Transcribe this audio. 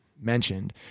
mentioned